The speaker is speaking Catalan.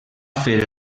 fer